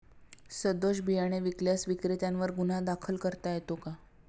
सदोष बियाणे विकल्यास विक्रेत्यांवर गुन्हा दाखल करता येतो का?